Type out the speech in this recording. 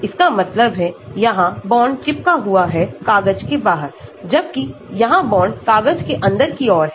इसका मतलब है यहाँबॉन्ड चिपका हुआ हैं कागज के बाहर जबकि यहाँबांड कागज के अंदर की ओर है